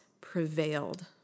prevailed